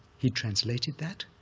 he translated that,